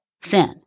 sin